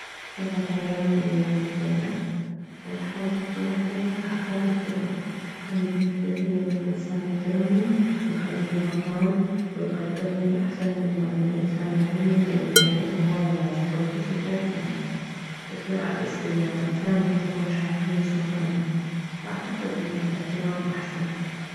اذا خيروني بين الحب والاحترام راح اختار الاحترام اني بالنسبة الي انه انسان يحترمني ويخليلي مكان ويقدرني احسن مما انه انسان يحبني وما يحترمني يعني اكو هواية ناس يحبوج بس ما يحترموج بس بالعكس اذا انسان يحترمج راح يخليج مكانة فاعتقد انه الاحترام احسن